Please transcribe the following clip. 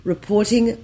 Reporting